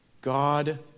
God